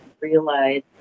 Realize